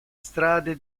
strade